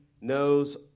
knows